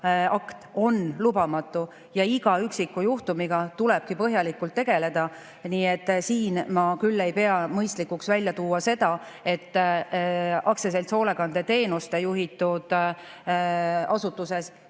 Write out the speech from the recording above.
on lubamatu ja iga üksiku juhtumiga tulebki põhjalikult tegeleda. Nii et siin ma küll ei pea mõistlikuks välja tuua seda, et aktsiaseltsi Hoolekandeteenused juhitud asutuses juhtus